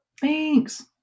Thanks